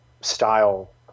style